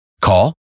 Call